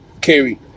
carry